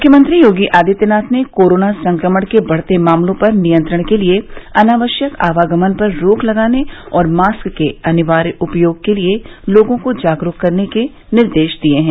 मुख्यमंत्री योगी आदित्यनाथ ने कोरोना संक्रमण के बढ़ते मामलों पर नियंत्रण के लिए अनावश्यक आवागमन पर रोक लगाने और मास्क के अनिवार्य उपयोग के लिए लोगों को जागरूक करने के निर्देश दिए हैं